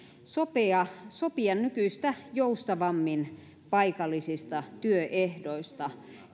sopia sopia nykyistä joustavammin paikallisista työehdoista